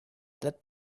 that